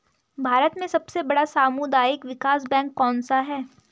भारत में सबसे बड़ा सामुदायिक विकास बैंक कौनसा है?